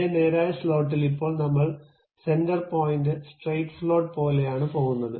അതേ നേരായ സ്ലോട്ടിൽ ഇപ്പോൾ നമ്മൾ സെന്റർ പോയിൻറ് സ്ട്രെയിറ്റ് സ്ലോട്ട് പോലെയാണ് പോകുന്നത്